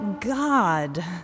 God